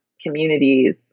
communities